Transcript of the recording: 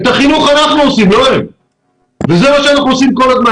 את החינוך אנחנו עושים ולא הם וזה מה שאנחנו עושים כל הזמן,